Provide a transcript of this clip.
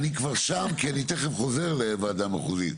אני כבר שם כי אני תיכף חוזר לוועדה מחוזית.